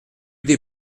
des